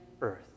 earth